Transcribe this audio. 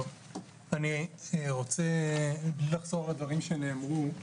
אני רוצה לחזור על דברים שנאמרו,